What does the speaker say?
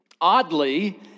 Oddly